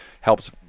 helps